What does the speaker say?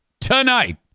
tonight